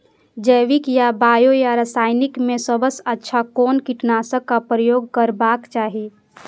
जैविक या बायो या रासायनिक में सबसँ अच्छा कोन कीटनाशक क प्रयोग करबाक चाही?